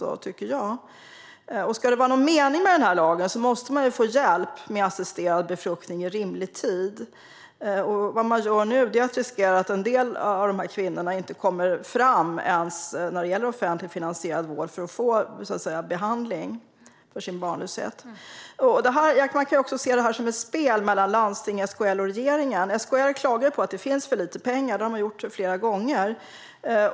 Om det ska vara någon mening med lagen måste man få hjälp med assisterad befruktning i rimlig tid. Vad man gör nu innebär att en del av dessa kvinnor inte ens kommer fram till offentligt finansierad vård för att få behandling för sin barnlöshet. Man kan se detta som ett spel mellan landstinget, SKL och regeringen. SKL klagar på att det finns för lite pengar; det har man gjort flera gånger.